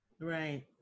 Right